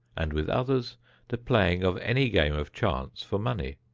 and with others the playing of any game of chance for money,